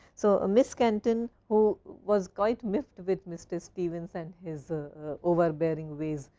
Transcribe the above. so, miss kenton who was quite miff with mr. stevens and his over barring waves,